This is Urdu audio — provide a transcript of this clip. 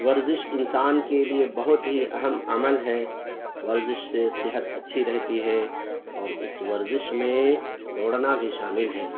ورزش انسان کے لیے بہت ہی اہم عمل ہے ورزش سے صحت اچھی رہتی ہے اور اس ورزش میں دوڑنا بھی شامل ہے